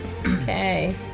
Okay